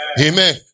Amen